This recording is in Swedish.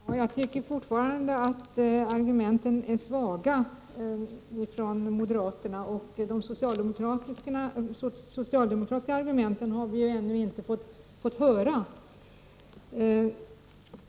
Herr talman! Jag tycker fortfarande att moderaternas argument är svaga, och de socialdemokratiska argumenten har vi ännu inte fått höra.